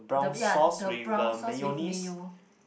the ya the brown sauce with mayo